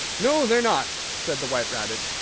no, they're not, said the white rabbit,